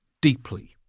deeply